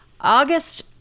August